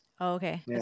Okay